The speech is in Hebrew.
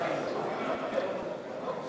סידור פריטים בחשבונית לפי סדר האל"ף-בי"ת),